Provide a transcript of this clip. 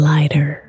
Lighter